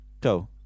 Go